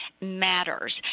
matters